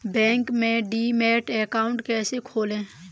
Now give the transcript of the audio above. Bank में demat account कैसे खोलें?